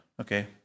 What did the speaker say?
okay